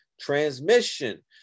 transmission